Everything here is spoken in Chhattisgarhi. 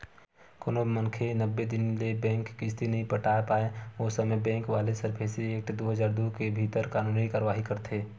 कोनो मनखे नब्बे दिन ले बेंक के किस्ती नइ पटा पाय ओ समे बेंक वाले सरफेसी एक्ट दू हजार दू के भीतर कानूनी कारवाही करथे